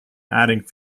adding